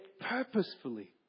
purposefully